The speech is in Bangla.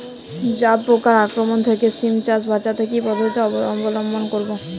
জাব পোকার আক্রমণ থেকে সিম চাষ বাচাতে কি পদ্ধতি অবলম্বন করব?